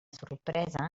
sorpresa